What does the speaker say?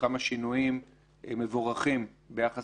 בוקר טוב,